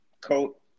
Coat